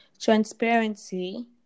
transparency